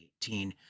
2018